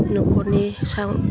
नखरनि सायाव